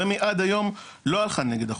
רמ"י עד היום לא הלכה נגד החוק.